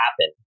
happen